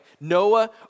Noah